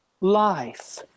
life